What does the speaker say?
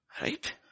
Right